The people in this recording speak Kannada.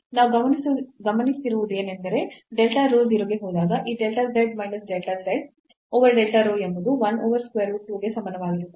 ನಾವು ಗಮನಿಸುವುದೇನೆಂದರೆ delta rho 0 ಗೆ ಹೋದಾಗ ಈ delta z minus dz over delta rho ಎಂಬುದು 1 over square root 2 ಗೆ ಸಮಾನವಾಗಿರುತ್ತದೆ